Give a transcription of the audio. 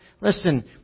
listen